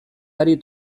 ari